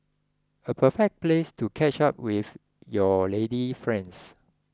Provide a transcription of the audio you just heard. a perfect place to catch up with your lady friends